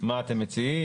מה אתם מציעים,